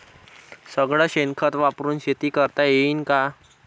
सगळं शेन खत वापरुन शेती करता येईन का?